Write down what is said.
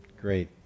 great